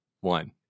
one